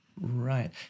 Right